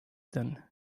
then